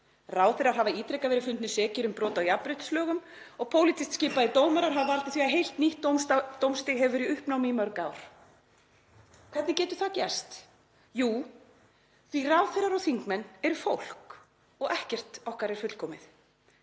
Ráðherrar hafa ítrekað verið fundnir sekir um brot á jafnréttislögum og pólitískt skipaðir dómarar hafa valdið því að heilt nýtt dómstig hefur verið í uppnámi í mörg ár. Hvernig getur það gerst? Jú, því ráðherrar og þingmenn eru fólk og ekkert okkar er fullkomið.